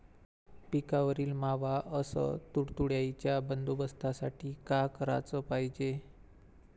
पिकावरील मावा अस तुडतुड्याइच्या बंदोबस्तासाठी का कराच पायजे?